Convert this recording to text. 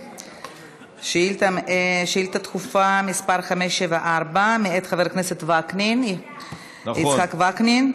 שאילתה דחופה מס' 574, מאת חבר הכנסת יצחק וקנין.